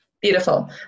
Beautiful